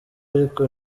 ariko